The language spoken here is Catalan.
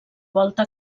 volta